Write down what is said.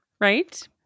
Right